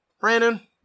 brandon